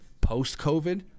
post-COVID